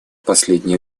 последние